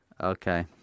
Okay